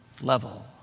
level